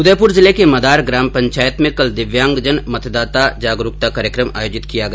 उदयपुर जिले के मदार ग्राम पंचायत में कल दिव्यांगजन मतदाता जागरूकता कार्यक्रम आयोजित किया गया